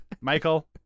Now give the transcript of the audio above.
Michael